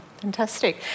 Fantastic